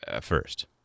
first